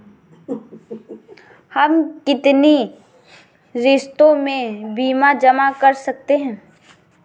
हम कितनी किश्तों में बीमा जमा कर सकते हैं?